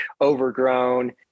overgrown